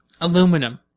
Aluminum